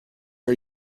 are